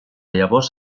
llavors